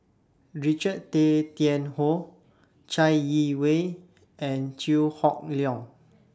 Richard Tay Tian Hoe Chai Yee Wei and Chew Hock Leong